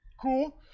Cool